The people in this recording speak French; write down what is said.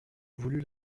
voulut